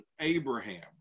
Abraham